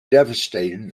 devastated